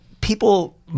People